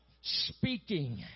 speaking